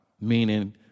Meaning